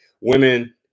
women